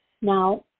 Now